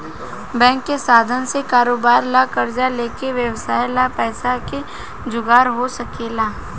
bank के साधन से कारोबार ला कर्जा लेके व्यवसाय ला पैसा के जुगार हो सकेला